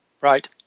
Right